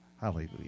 Hallelujah